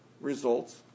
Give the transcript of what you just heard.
results